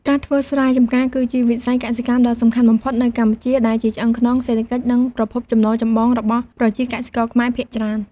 ការធ្វើស្រែចម្ការ គឺជាវិស័យកសិកម្មដ៏សំខាន់បំផុតនៅកម្ពុជា ដែលជាឆ្អឹងខ្នងសេដ្ឋកិច្ច និងប្រភពចំណូលចម្បងរបស់ប្រជាកសិករខ្មែរភាគច្រើន។